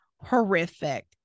horrific